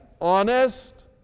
honest